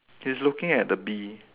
he's looking at the bee